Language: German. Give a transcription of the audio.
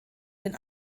den